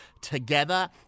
together